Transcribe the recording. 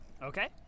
Okay